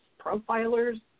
profilers